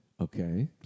Okay